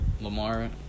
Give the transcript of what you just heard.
Lamar